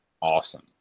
awesome